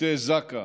צוותי זק"א,